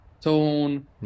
tone